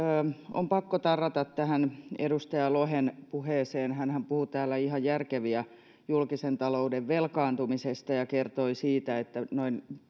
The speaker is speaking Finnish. on pakko tarrata edustaja lohen puheeseen hänhän puhui täällä ihan järkeviä julkisen talouden velkaantumisesta ja ja kertoi siitä että noin